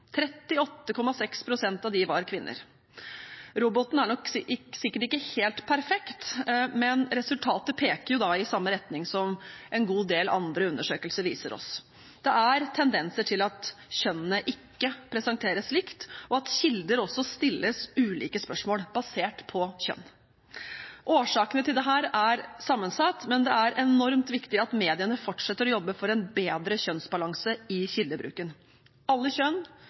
av dem var kvinner. Roboten er nok sikkert ikke helt perfekt, men resultatet peker i samme retning som en god del andre undersøkelser viser oss. Det er tendenser til at kjønnene ikke presenteres likt, og at kilder også stilles ulike spørsmål, basert på kjønn. Årsakene til dette er sammensatt, men det er enormt viktig at mediene fortsetter å jobbe for en bedre kjønnsbalanse i kildebruken. Alle kjønn,